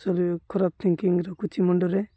ଖରାପ ଥିିଙ୍କିଙ୍ଗ୍ ରଖୁଛି ମୁଣ୍ଡରେ